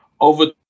Over